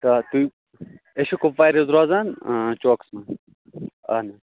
تہٕ تُہۍ أسۍ چھِ کُپوارِ حظ روزان آ چوکَس منٛز اَہَن حظ